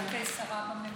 אני פונה אלייך כשרה בממשלה.